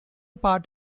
part